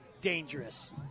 dangerous